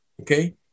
Okay